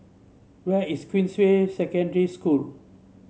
where is Queensway Secondary School